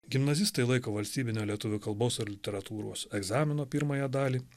gimnazistai laiko valstybinio lietuvių kalbos ir literatūros egzamino pirmąją dalį